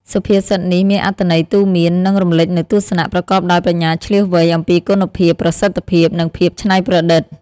សុភាសិតនេះ មានអត្ថន័យទូន្មាន និងរំលេចនូវទស្សនៈប្រកបដោយប្រាជ្ញាឈ្លាសវៃ អំពីគុណភាព ប្រសិទ្ធភាព និងភាពច្នៃប្រឌិត។